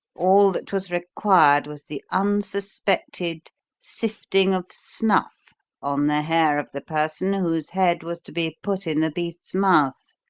all that was required was the unsuspected sifting of snuff on the hair of the person whose head was to be put in the beast's mouth.